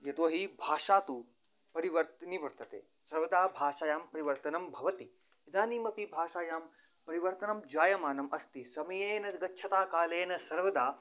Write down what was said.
यतोहि भाषा तु परिवर्तिनी वर्तते सर्वदा भाषायां परिवर्तनं भवति इदानीमपि भाषायां परिवर्तनं जायमानम् अस्ति समेन गच्छता कालेन सर्वदा